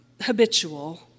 habitual